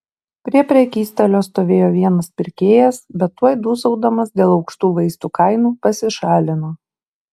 prie prekystalio stovėjo vienas pirkėjas bet tuoj dūsaudamas dėl aukštų vaistų kainų pasišalino